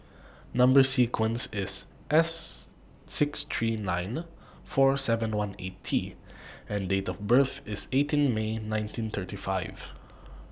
Number sequence IS S six three nine four seven one eight T and Date of birth IS eighteen May nineteen thirty five